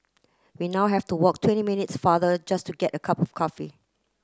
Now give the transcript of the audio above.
we now have to walk twenty minutes farther just to get a cup of coffee